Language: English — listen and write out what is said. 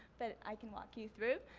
but i can walk you through.